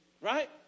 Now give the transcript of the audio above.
Right